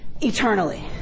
eternally